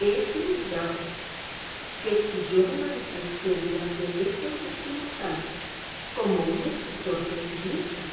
es indudable que si yo me manifesté durante estos últimos años como un escritor pesimista